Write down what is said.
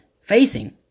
facing